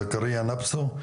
זכריא נאבסו,